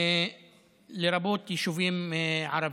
לרבות יישובים ערביים.